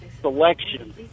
selection